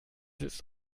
ist